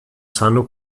sanno